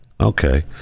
Okay